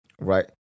Right